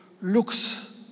looks